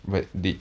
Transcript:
what did